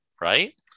right